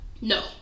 No